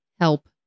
Help